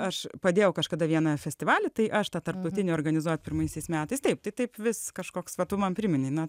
aš padėjau kažkada vieną festivalį tai aš tą tarptautinį organizuot pirmaisiais metais taip tai taip vis kažkoks va tu man primeni na